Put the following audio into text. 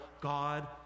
God